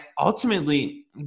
ultimately